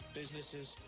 businesses